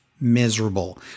miserable